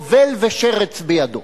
טובל ושרץ בידו.